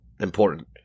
important